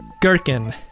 gherkin